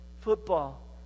football